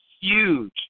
huge